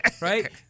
right